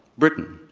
britain,